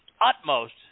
utmost